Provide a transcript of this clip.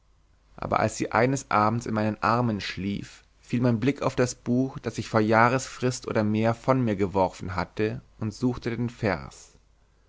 aber als sie eines abends in meinen armen schlief fiel mein blick auf das buch das ich vor jahresfrist oder mehr von mir geworfen hatte und suchte den vers